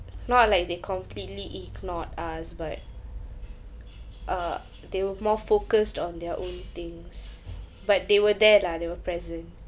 not like they completely ignored us but uh they were more focused on their own things but they were there lah they were present